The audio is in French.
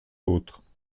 autres